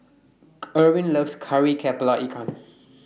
Irvin loves Kari Kepala Ikan